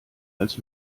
als